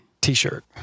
t-shirt